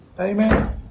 Amen